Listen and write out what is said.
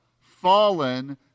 Fallen